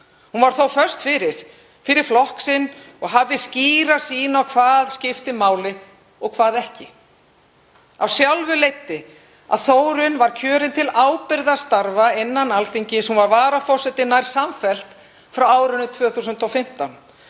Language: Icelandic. Hún var þó föst fyrir í störfum fyrir flokk sinn og hafði skýra sýn á hvað skipti máli og hvað ekki. Af sjálfu leiddi að Þórunn var kjörin til ábyrgðarstarfa innan Alþingis, hún var varaforseti nær samfellt frá 2015.